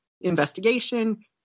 investigation